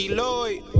Lloyd